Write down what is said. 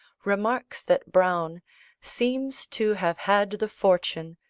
remarks that browne seems to have had the fortune,